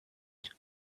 but